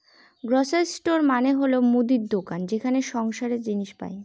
grocery store মানে হল মুদির দোকান যেখানে সংসারের জিনিস পাই